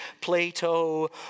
Plato